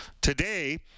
today